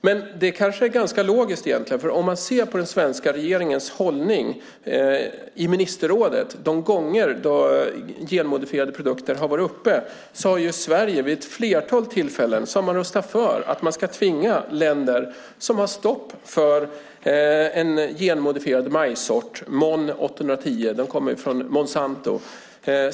Men det kanske är ganska logiskt egentligen. Man kan se på den svenska regeringens hållning i ministerrådet de gånger då genmodifierade produkter har varit uppe. Sverige har vid ett flertal tillfällen röstat för att man ska tvinga länder som har stopp för den genmodifierade majssorten MON 810 - den kommer från Monsanto - att införa den.